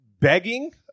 begging